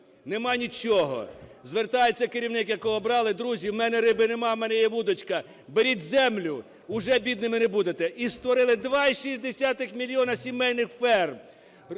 Нема нічого. Звертається керівник, якого обрали: "Друзі, у мене риби нема, у мене є вудочка, беріть землю, вже бідними не будете". І створили 2,6 мільйона сімейних ферм,